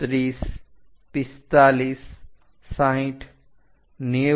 1530456090105 અને 120